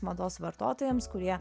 mados vartotojams kurie